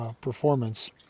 performance